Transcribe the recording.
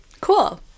Cool